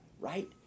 Right